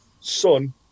son